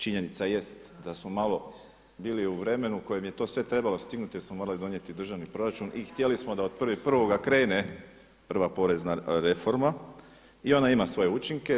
Činjenica jest da smo malo bili u vremenu kojem je to sve trebalo stignuti jer smo morali donijeti državni proračun i htjeli smo da od 1.1. krene prva porezna reforma i ona ima svoje učinke.